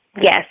Yes